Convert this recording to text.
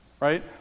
right